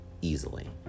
easily